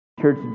Church